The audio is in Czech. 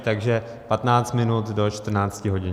Takže patnáct minut do čtrnácti hodin.